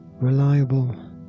reliable